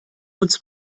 uns